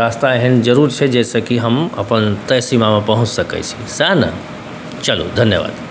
रास्ता एहन जरूर छै जाहिसँ कि हम अपन तय सीमामे पहुँच सकै छी इएह ने चलू धन्यवाद